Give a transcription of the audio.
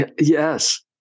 yes